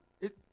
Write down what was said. it